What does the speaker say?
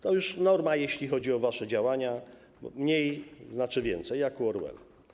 To już norma, jeśli chodzi o wasze działania - mniej znaczy więcej, jak u Orwella.